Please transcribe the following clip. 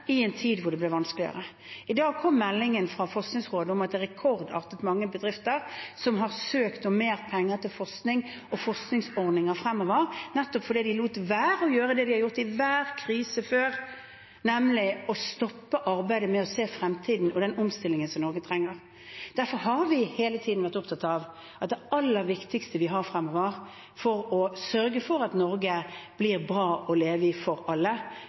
i en tid hvor det ble vanskeligere. I dag kom meldingen fra Forskningsrådet om at det er rekordartet mange bedrifter som har søkt om mer penger til forskning og forskningsordninger fremover, nettopp fordi de lot være å gjøre det de har gjort i hver krise før, nemlig å stoppe arbeidet med å se fremtiden og den omstillingen som Norge trenger. Derfor har vi hele tiden vært opptatt av at det aller viktigste fremover for å sørge for at Norge blir bra å leve i for alle,